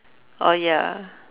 oh ya